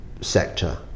sector